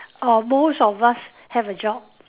or most of us have a job